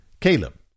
Caleb